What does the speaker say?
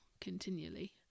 continually